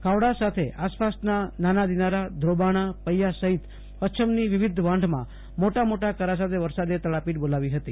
ખાવડા સાથે આસપાસના નાના દિનારા ધ્રોબાણા પૈયા સહિત પચ્છમની વિવિધ વાંઢમાં મોટાં મોટાં કરા સાથે વરસાદે તડાપીટ બોલાવી ફતી